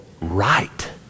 right